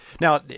Now